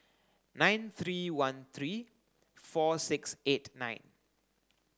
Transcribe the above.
nine three one three four six eight nine